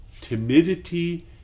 Timidity